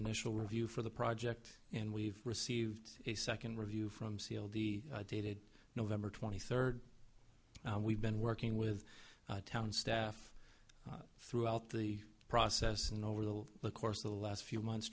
initial review for the project and we've received a second review from seal the dated november twenty third we've been working with town staff throughout the process and over the course of the last few months